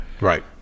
Right